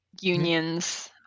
unions